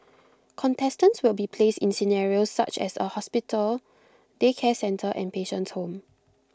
contestants will be placed in scenarios such as A hospital daycare centre and patient's home